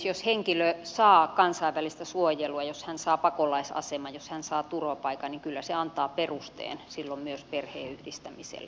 jos henkilö saa kansainvälistä suojelua jos hän saa pakolaisaseman jos hän saa turvapaikan niin kyllä se antaa perusteen silloin myös perheenyhdistämiselle